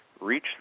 reach